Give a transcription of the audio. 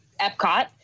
Epcot